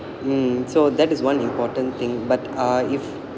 mm so that is one important thing but uh if